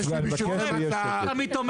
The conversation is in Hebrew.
אני מבקש שיהיה שקט.